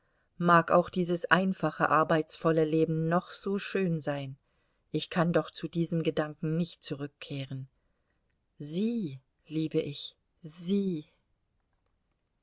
mag auch dieses einfache arbeitsvolle leben noch so schön sein ich kann doch zu diesem gedanken nicht zurückkehren sie liebe ich sie